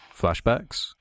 flashbacks